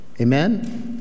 Amen